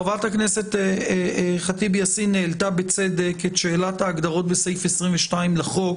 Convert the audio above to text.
חברת הכנסת ח'טיב יאסין העלתה בצדק את שאלת ההגדרות בסעיף 22 לחוק.